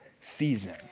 season